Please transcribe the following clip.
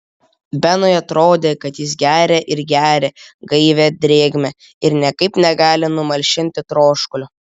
benui atrodė kad jis geria ir geria gaivią drėgmę ir niekaip negali numalšinti troškulio